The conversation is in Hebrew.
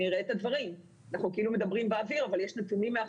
אנחנו כאילו מדברים באוויר אבל יש נתונים.